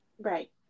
right